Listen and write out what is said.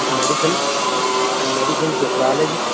medicine medicine ਜੋ ਹੈ ਜੀ